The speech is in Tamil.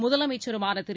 முதலமைச்சருமான திரு